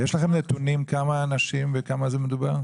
יש לכם נתונים בכמה אנשים מדובר?